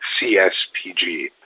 cspg